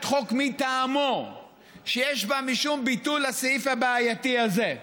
חוק מטעמו שיש בה משום ביטול לסעיף הבעייתי הזה.